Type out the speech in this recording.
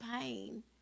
pain